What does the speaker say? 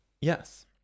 Yes